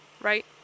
Right